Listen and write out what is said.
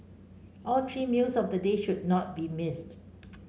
all three meals of the day should not be missed